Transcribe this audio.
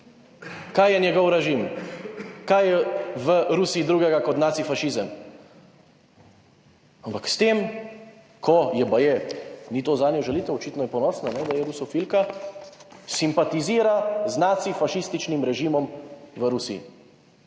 kaj je njegov režim, kaj je v Rusiji drugega kot nacifašizem? Ampak s tem, ko je baje, ni to zanjo žalitev, očitno je ponosna, da je rusofilka, simpatizira z nacifašističnim režimom v Rusiji.